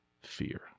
fear